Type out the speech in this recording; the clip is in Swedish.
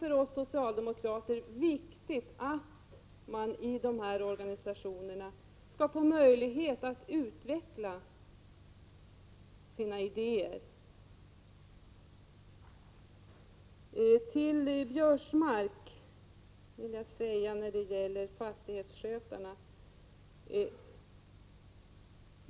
För oss socialdemokrater är det viktigt att man i de här organisationerna får möjlighet att utveckla sina idéer. Till Karl-Göran Biörsmark vill jag säga följande när det gäller fastighetsskötarna.